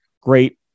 great